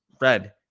red